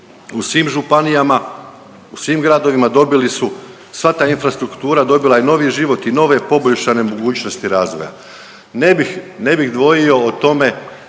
u svim županijama, u svim gradovima dobili su, sva ta infrastruktura dobila je novi život i nove poboljšanje mogućnosti razvoja. Ne bih, ne bih dvojio o tome